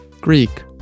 Greek